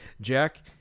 Jack